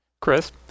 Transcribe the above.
Chris